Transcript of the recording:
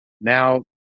now